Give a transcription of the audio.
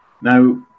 Now